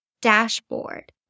dashboard